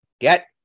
get